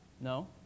No